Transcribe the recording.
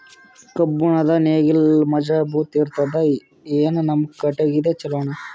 ಕಬ್ಬುಣದ್ ನೇಗಿಲ್ ಮಜಬೂತ ಇರತದಾ, ಏನ ನಮ್ಮ ಕಟಗಿದೇ ಚಲೋನಾ?